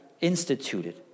instituted